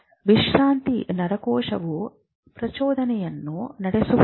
ವಿಶ್ರಾಂತಿ ನರಕೋಶವು ಪ್ರಚೋದನೆಯನ್ನು ನಡೆಸುವುದಿಲ್ಲ